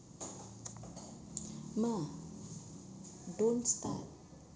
ma don't start